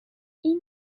این